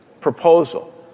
proposal